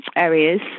areas